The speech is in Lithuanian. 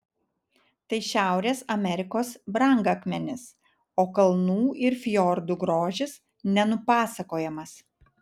tai šiaurės amerikos brangakmenis o kalnų ir fjordų grožis nenupasakojamas